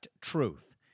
Truth